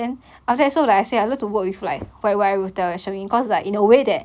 then after that so like I said I love to work with like forever I'm showing you cause like in a way that